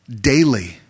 Daily